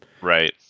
Right